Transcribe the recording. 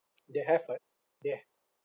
they have a they